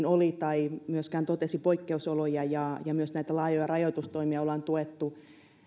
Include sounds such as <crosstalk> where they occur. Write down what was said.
<unintelligible> oli ennen kuin se totesi poikkeusoloja ja ja myös näitä laajoja rajoitustoimia olemme tukeneet